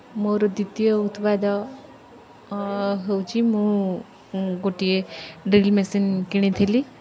ମୋର ଦ୍ଵିତୀୟ ଉତ୍ପାଦ ହେଉଛି ମୁଁ ଗୋଟିଏ ଡ୍ରିଲ୍ ମେସିନ୍ କିଣିଥିଲି